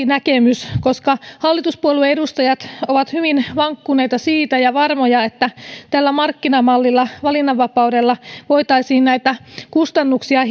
näkemys koska hallituspuolueiden edustajat ovat hyvin vankkumattomia ja varmoja siitä että tällä markkinamallilla valinnanvapaudella voitaisiin näitä kustannuksia